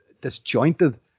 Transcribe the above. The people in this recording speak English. disjointed